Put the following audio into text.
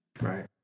right